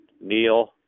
Neil